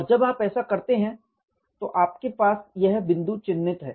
और जब आप ऐसा करते हैं तो आपके पास यह बिंदु चिन्हित है